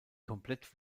komplett